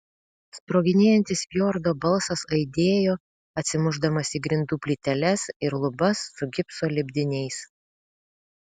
sproginėjantis fjordo balsas aidėjo atsimušdamas į grindų plyteles ir lubas su gipso lipdiniais